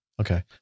okay